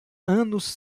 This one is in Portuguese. anos